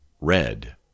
Red